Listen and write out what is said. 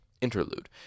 Interlude